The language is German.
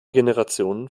generationen